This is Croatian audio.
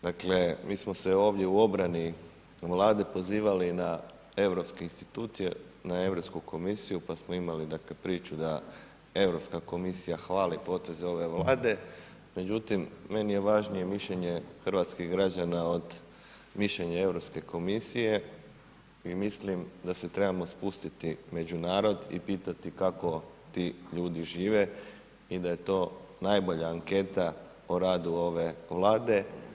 Dakle, mi smo se ovdje u obarani vlade, pozivali na europske institucije, na Europsku komisiju, pa smo imali priču, da Europska komisija hvali potez ove vlade, međutim, meni je važnije mišljenje hrvatskih građana od mišljenja Europske komisije i mislim da se trebamo spustiti među narod i pitati kako ti ljudi žive i da je to najbolja anketa o radu ove vlade.